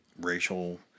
racial